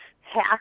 half